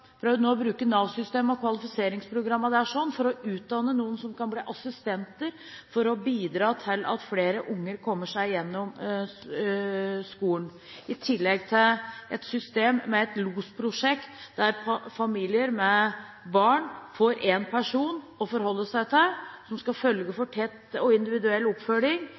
bruke Nav-systemet og kvalifiseringsprogrammene der for å utdanne noen som kan bli assistenter, for å bidra til at flere unger kommer seg gjennom skolen. I tillegg har vi et Losprosjekt, der familier med barn får én person å forholde seg til, som skal sørge for tett og individuell oppfølging,